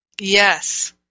Yes